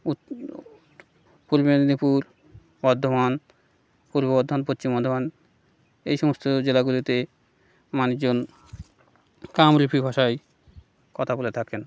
পূর্ব মেদনীপুর বর্ধমান পূর্ব বর্ধমান পশ্চিম বর্ধমান এই সমস্ত জেলাগুলিতে মানষজন কামরূপী ভাষায় কথা বলে থাকেন